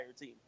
team